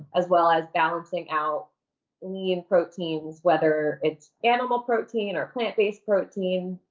as well as balancing out lean proteins, whether it's animal protein or plant-based protein.